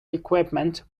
equipment